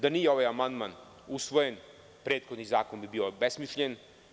Da nije ovaj amandman usvojen, prethodni zakon bi bio obesmišljen.